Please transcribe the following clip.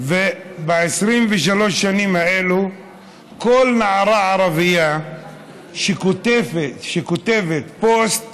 וב-23 השנים האלה כל נערה ערבייה שכותבת פוסט